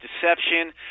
deception